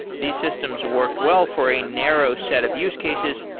these systems worked well for a narrow set of use cases,